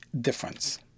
difference